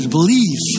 believe